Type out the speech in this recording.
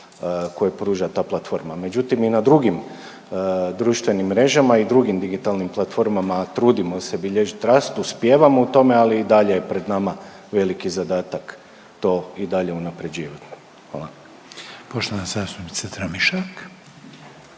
koje pruža ta platforma. Međutim, i na drugim društvenim mrežama i drugim digitalnim platformama trudimo se bilježit rast, uspijevamo u tome, ali i dalje je pred nama veliki zadatak to i dalje unapređivat. Hvala. **Reiner, Željko